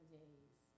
days